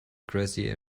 grassy